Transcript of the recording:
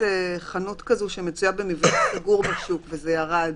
חנות "המצויה במבנה סגור בשוק" וזה ירד.